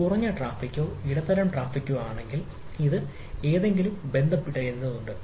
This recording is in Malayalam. കുറഞ്ഞ ട്രാഫിക്കോ ഇടത്തരം ട്രാഫിക്കോ ആണെങ്കിൽ ഇത് എന്നോട് എന്തെങ്കിലും ബന്ധിപ്പിക്കേണ്ടതുണ്ട്